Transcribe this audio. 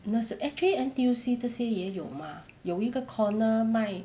那时 actually N_T_U_C 这些也有 mah 有一个 corner 卖